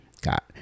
got